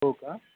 हो का